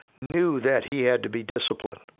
knew that he had to be disciplined.